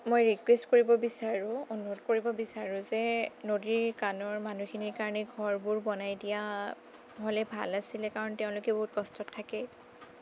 মই ৰিকুৱেষ্ট কৰিব বিচাৰোঁ অনুৰোধ কৰিব বিচাৰোঁ যে নদীৰ কাণৰ মানুহখিনিৰ কাৰণে ঘৰবোৰ বনাই দিয়া হ'লে ভাল আছিলে কাৰণ তেওঁলোক বহুত কষ্টত থাকে